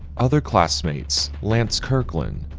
other classmates lance kirkland,